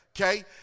okay